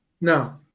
no